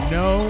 no